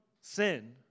sin